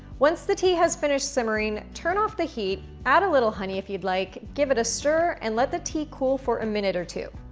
once the tea has finished simmering, turn off the heat, add a little honey if you'd like, give it a stir and let the tea cool for a minute or two.